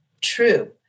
true